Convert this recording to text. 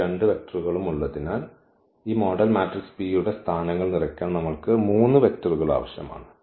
ഈ 2 വെക്റ്ററുകളും ഉള്ളതിനാൽ ഈ മോഡൽ മാട്രിക്സ് P യുടെ സ്ഥാനങ്ങൾ നിറയ്ക്കാൻ നമ്മൾക്ക് 3 വെക്റ്ററുകൾ ആവശ്യമാണ്